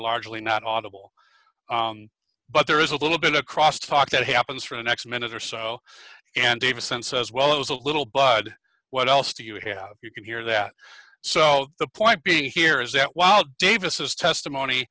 largely not on the ball but there is a little bit of cross talk that happens for the next minute or so and davison says well it was a little blood what else do you have you can hear that so the point being here is that while davis testimony